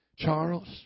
Charles